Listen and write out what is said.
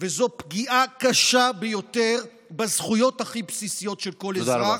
וזאת פגיעה קשה ביותר בזכויות הכי בסיסיות של כל אזרח.